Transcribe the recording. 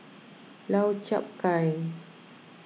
Lau Chiap Khai